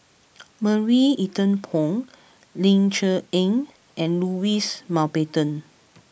Marie Ethel Bong Ling Cher Eng and Louis Mountbatten